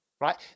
right